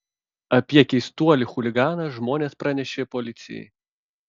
apie keistuolį chuliganą žmonės pranešė policijai